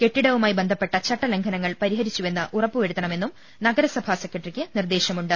കെട്ടിടവുമായി ബന്ധപ്പെട്ട ചട്ടലംഘനങ്ങൾ പരിഹരിച്ചുവെന്ന് ഉറപ്പുവരുത്തണമെന്നും നഗരസഭാ സെക്രട്ട റിക്ക് നിർദേശമുണ്ട്